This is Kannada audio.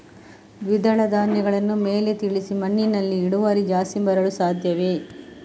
ದ್ವಿದಳ ಧ್ಯಾನಗಳನ್ನು ಮೇಲೆ ತಿಳಿಸಿ ಮಣ್ಣಿನಲ್ಲಿ ಇಳುವರಿ ಜಾಸ್ತಿ ಬರಲು ಸಾಧ್ಯವೇ?